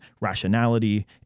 rationality